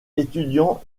étudiants